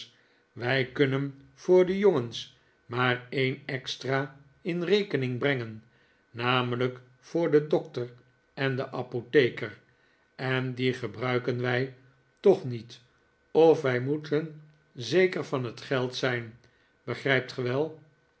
wij kunnen voor de jongens maar een extra in rekening brengen namelijk voor den dokter en den apotheker en die gebruiken wij toch niet of wij moeten zeker van het geld zijn begrijpt ge